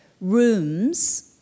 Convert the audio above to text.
rooms